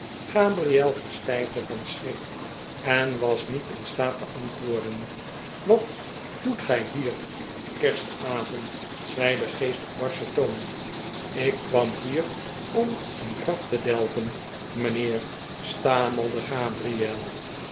gabriel verstijfde van schrik en was niet in staat te antwoorden wat doet gij hier op kerstavond zei de geest op barschen toon ik kwam hier om een graf te delven mijnheer stamelde gabriel